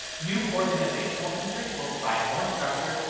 new organizational features will provide more structure,